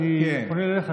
אני פונה אליך,